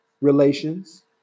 relations